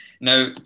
now